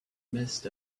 midst